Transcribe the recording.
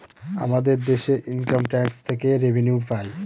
আমাদের দেশে income tax থেকে রেভিনিউ পাই